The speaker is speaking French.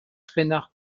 reinhardt